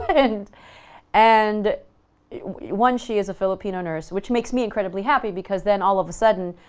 and and one, she is a filipino nurse, which makes me incredibly happy because then all of a sudden,